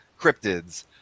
cryptids